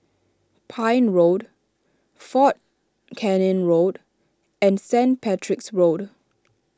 Pine Road fort Canning Road and Saint Patrick's Road